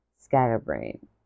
scatterbrain